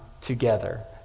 together